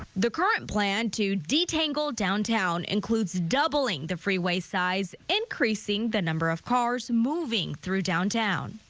the current plan to detangle downtown includes doubling the freeway size, increasing the number of cars moving through downtown.